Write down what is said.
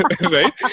right